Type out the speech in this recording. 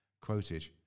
Quoted